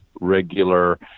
regular